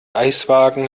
eiswagen